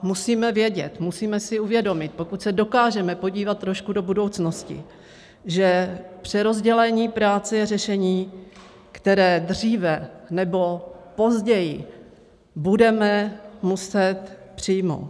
Musíme vědět, musíme si uvědomit, pokud se dokážeme podívat trošku do budoucnosti, že přerozdělení práce je řešení, které dříve nebo později budeme muset přijmout.